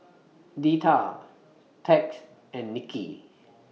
Deetta Tex and Nicky